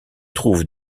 trouve